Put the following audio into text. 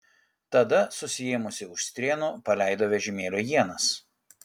tada susiėmusi už strėnų paleido vežimėlio ienas